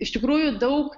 iš tikrųjų daug